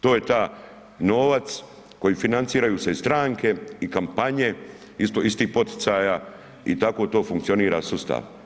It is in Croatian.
To je taj novac koji financiraju i stranke i kampanje, iz tih poticaja i tako to funkcionira sustav.